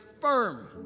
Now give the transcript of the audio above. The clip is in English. firm